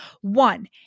One